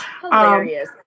Hilarious